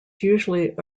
usually